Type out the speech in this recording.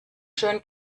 schön